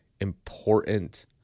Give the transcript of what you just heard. important